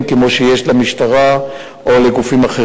הכנסת משה בוגי יעלון להשיב בשם הממשלה על הצעת האי-אמון.